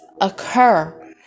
occur